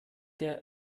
der